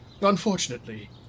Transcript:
Unfortunately